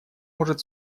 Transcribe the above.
может